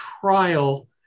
trial